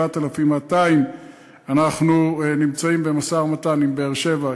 7,200. אנחנו נמצאים במשא ומתן עם באר-שבע,